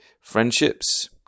friendships